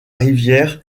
rivière